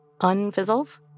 unfizzles